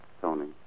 Tony